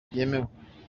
byemewe